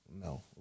No